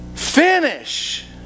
Finish